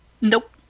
Nope